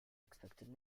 expected